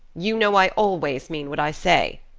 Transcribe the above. you know i always mean what i say.